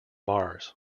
mars